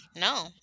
no